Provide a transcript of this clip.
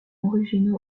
originaux